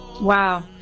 Wow